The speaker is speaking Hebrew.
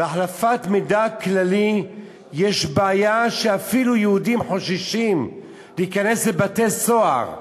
החלפת מידע כללי יש בעיה שיהודים אפילו חוששים להיכנס לבתי-סוהר,